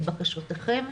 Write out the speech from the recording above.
את בקשותיכם,